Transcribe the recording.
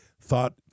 thought